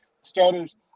starters